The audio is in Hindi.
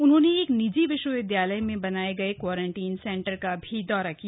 उन्होंने एक निजी विश्वविद्यालय में बनाये गए क्वारंटीन सेंटर का भी दौरा किया